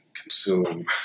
consume